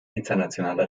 internationale